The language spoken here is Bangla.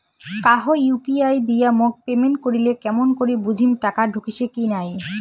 কাহো ইউ.পি.আই দিয়া মোক পেমেন্ট করিলে কেমন করি বুঝিম টাকা ঢুকিসে কি নাই?